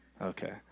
Okay